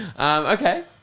Okay